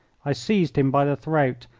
i seized him by the throat,